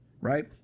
Right